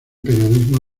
periodismo